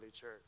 church